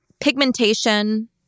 pigmentation